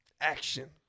Action